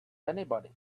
anybody